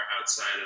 outside